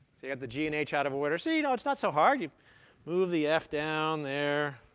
so you have the g and h out of order. so you know it's not so hard. you move the f down there.